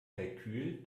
kalkül